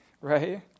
right